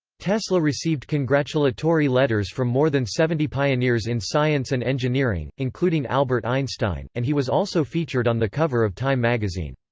tesla received congratulatory letters from more than seventy pioneers in science and engineering, including albert einstein, and he was also featured on the cover of time magazine.